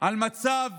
על מצב